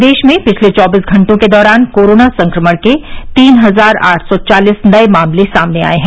प्रदेश में पिछले चौबीस घंटों के दौरान कोरोना संक्रमण के तीन हजार आठ सौ चालीस नए मामले सामने आए हैं